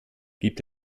gibt